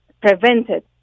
prevented